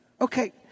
okay